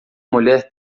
mulher